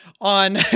on